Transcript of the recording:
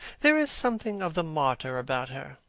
there is something of the martyr about her.